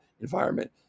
environment